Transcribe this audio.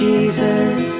Jesus